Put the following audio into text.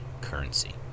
currency